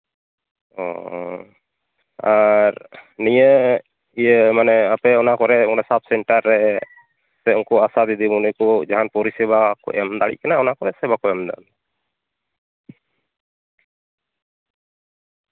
ᱚ ᱟᱨ ᱱᱤᱭᱟᱹ ᱤᱭᱟᱹ ᱢᱟᱱᱮ ᱟᱯᱮ ᱚᱱᱟ ᱠᱚᱨᱮ ᱚᱱᱟ ᱥᱟᱵᱽ ᱥᱮᱱᱴᱟᱨ ᱨᱮ ᱥᱮ ᱩᱝᱠᱩ ᱟᱥᱟ ᱫᱤᱫᱤᱢᱩᱱᱤ ᱠᱚ ᱡᱟᱦᱟᱱ ᱯᱚᱨᱤᱥᱮᱵᱟ ᱠᱚ ᱮᱢ ᱫᱟᱲᱮᱜ ᱠᱟᱱᱟ ᱥᱮ ᱵᱟᱠᱚ ᱮᱢ ᱫᱟᱲᱮᱜ ᱠᱟᱱᱟ